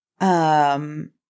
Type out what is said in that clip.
um-